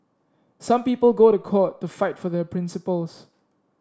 some people go to court to fight for their principles